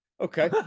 okay